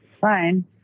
Fine